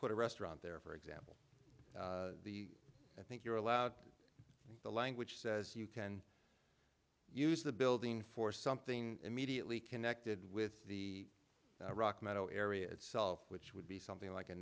put a restaurant there for exam i think you're allowed the language says you can use the building for something immediately connected with the rock meadow area itself which would be something like a